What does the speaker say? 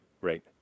Right